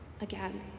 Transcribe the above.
again